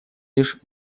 лишь